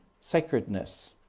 sacredness